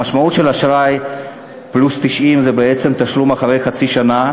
המשמעות של אשראי פלוס 90 זה בעצם תשלום אחרי חצי שנה,